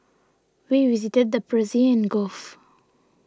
we visited the Persian Gulf